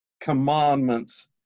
commandments